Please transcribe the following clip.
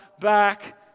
back